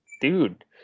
dude